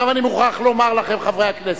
אני מוכרח לומר לכם, חברי הכנסת,